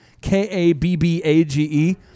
K-A-B-B-A-G-E